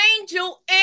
angel